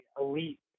elite